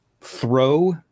throw